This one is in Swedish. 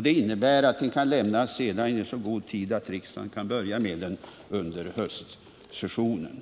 Det innebär att det kan lämnas i så god tid att riksdagen kan börja med det under höstsessionen.